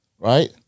Right